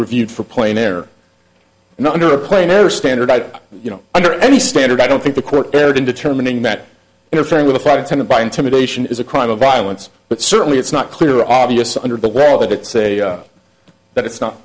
reviewed for plane air not under a plane or standard you know under any standard i don't think the court erred in determining that interfering with a flight attendant by intimidation is a crime of violence but certainly it's not clear obvious under the well that it's a that it's not